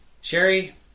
Sherry